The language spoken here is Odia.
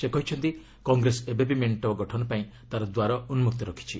ସେ କହିଛନ୍ତି କଂଗ୍ରେସ ଏବେବି ମେଣ୍ଟ ପାଇଁ ତା'ର ଦ୍ୱାର ଉନ୍କକ୍ତ ରଖିଛି